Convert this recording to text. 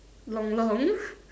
long long